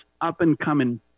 up-and-coming